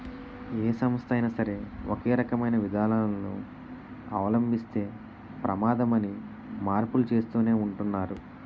ఏ సంస్థ అయినా సరే ఒకే రకమైన విధానాలను అవలంబిస్తే ప్రమాదమని మార్పులు చేస్తూనే ఉంటున్నారు